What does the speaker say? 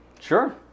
Sure